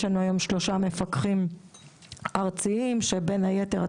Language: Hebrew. יש לנו היום שלושה מפקחים ארציים שבין היתר,